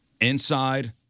inside